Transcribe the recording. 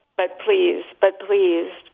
but please. but please.